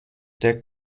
der